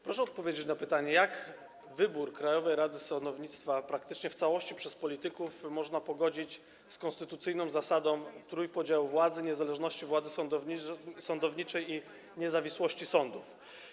Proszę odpowiedzieć na pytanie: Jak wybór Krajowej Rady Sądownictwa praktycznie w całości przez polityków można pogodzić z konstytucyjną zasadą trójpodziału władzy, niezależności władzy sądowniczej i niezawisłości sądów?